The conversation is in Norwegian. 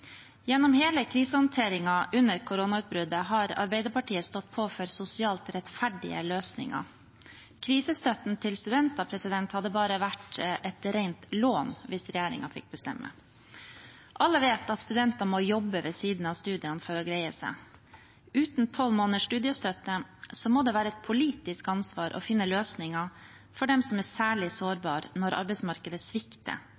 Gjennom hele krisehåndteringen under koronautbruddet har Arbeiderpartiet stått på for sosialt rettferdige løsninger. Krisestøtten til studenter haµdde bare vært et rent lån hvis regjeringen fikk bestemme. Alle vet at studenter må jobbe ved siden av studiene for å greie seg. Uten tolv måneders studiestøtte må det være et politisk ansvar å finne løsninger for dem som er særlig sårbare når arbeidsmarkedet svikter